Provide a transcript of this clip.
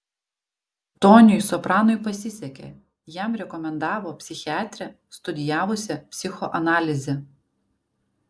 toniui sopranui pasisekė jam rekomendavo psichiatrę studijavusią psichoanalizę